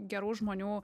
gerų žmonių